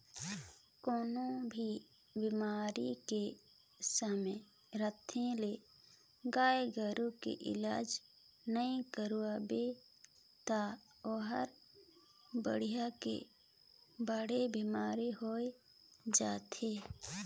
कोनों भी बेमारी के समे रहत ले गाय गोरु के इलाज नइ करवाबे त ओहर बायढ़ के बड़खा बेमारी होय जाथे